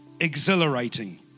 exhilarating